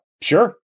sure